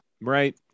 Right